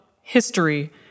history